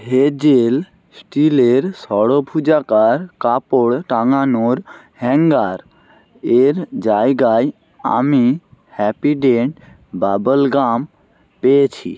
hazel স্টিলের ষড়ভুজাকার কাপড় টাঙানোর হ্যাঙ্গার এর জায়গায় আমি হ্যাপিডেন্ট বাবাল গাম পেয়েছি